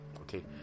okay